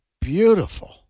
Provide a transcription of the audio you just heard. beautiful